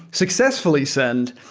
successfully send,